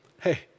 Hey